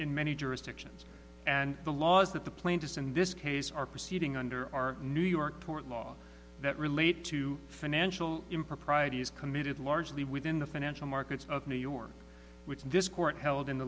in many jurisdictions and the laws that the plaintiffs in this case are proceeding under our new york tort law that relate to financial improprieties committed largely within the financial markets of new york which this court held in